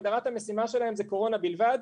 הגדרת המשימה שלהם זו קורונה בלבד.